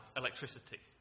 electricity